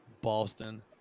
Boston